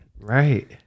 Right